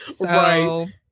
Right